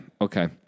okay